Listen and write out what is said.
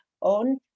on